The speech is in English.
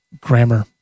grammar